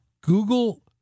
Google